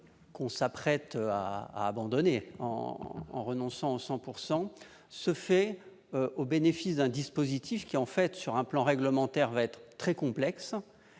nous apprêtons à acter en renonçant aux 100 %, se fait au bénéfice d'un dispositif, qui, en fait, sur le plan réglementaire, va être très complexe,